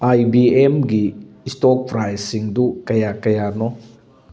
ꯑꯥꯏ B ꯑꯦꯝꯒꯤ ꯏꯁꯇꯣꯛ ꯄ꯭ꯔꯥꯏꯖꯁꯤꯡꯗꯨ ꯀꯌꯥ ꯀꯌꯥꯅꯣ